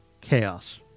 chaos